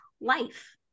life